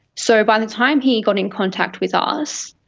so by the time he got in contact with us,